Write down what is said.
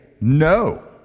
no